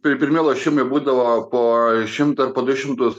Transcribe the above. pirmi lošimai būdavo po šimtą ar po du šimtus